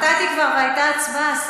נתתי כבר והייתה הצבעה.